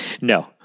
No